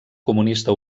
comunista